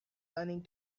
learning